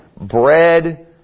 bread